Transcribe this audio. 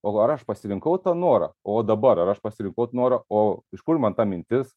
o ar aš pasirinkau tą norą o va dabar ar aš pasirinkau norą o iš kur man ta mintis